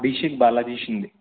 Abhishek Balaji Shinde